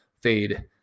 fade